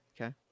okay